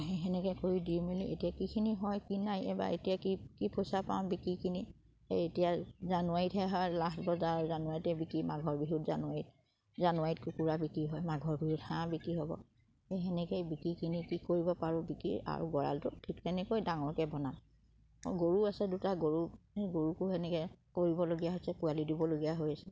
সেই সেনেকে কৰি দি মেলি এতিয়া কিখিনি হয় কি নাই এবাৰ এতিয়া কি কি পইচা পাওঁ বিকি কিনি সেই এতিয়া জানুৱাৰীতহে হয় লাষ্ট বজাৰ জানুৱাৰীতে বিকি মাঘৰ বিহুত জানুৱাৰীত জানুৱাৰীত কুকুৰা বিকি হয় মাঘৰ বিহুত হাঁহ বিকি হ'ব সেই সেনেকেই বিকি কিনি কি কৰিব পাৰোঁ বিকি আৰু গঁৰালটো ঠিক তেনেকৈ ডাঙৰকে বনাম গৰু আছে দুটা গৰু গৰুকো সেনেকে কৰিবলগীয়া হৈছে পোৱালি দিবলগীয়া হৈছে